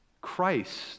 Christ